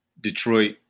Detroit